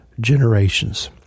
generations